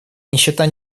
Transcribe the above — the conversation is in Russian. нищета